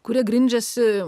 kuria grindžiasi